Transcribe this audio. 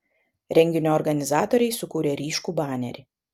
renginio organizatoriai sukūrė ryškų banerį